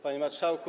Panie Marszałku!